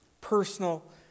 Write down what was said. Personal